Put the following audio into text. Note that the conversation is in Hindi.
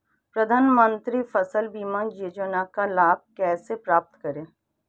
प्रधानमंत्री फसल बीमा योजना का लाभ कैसे प्राप्त करें?